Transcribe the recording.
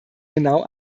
genau